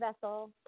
vessel